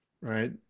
Right